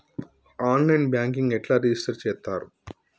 On line banking ఎట్లా register చేత్తరు?